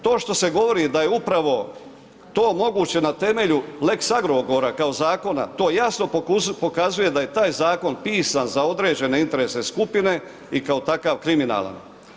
To što se govori da je upravo to moguće na temelju lex Agrokora, kao zakona, to jasno pokazuje da je taj zakon pisan za određene interesne skupine i kao takav kriminalan.